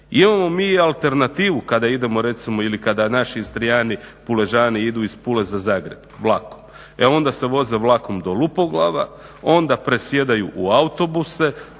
Imamo mi i alternativu kada idemo recimo ili kada naši Istrijani, Puležani idu iz Pule za Zagreb. Vlakom. E onda se voze vlakom do Lupoglava, onda presjedaju u autobuse